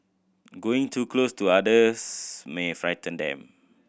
going too close to others may frighten them